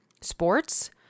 sports